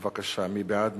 בבקשה, מי בעד?